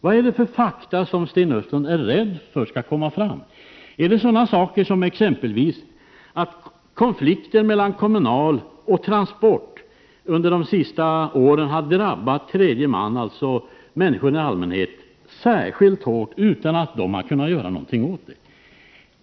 Vad är det för fakta som han är rädd skall komma fram? Är det sådant som att konflikten mellan Kommunal och Transport under de senaste åren har drabbat tredje man, dvs. människor i allmänhet, särskilt hårt utan att de har kunnat göra någonting åt det?